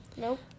Nope